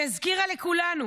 שהזכירה לכולנו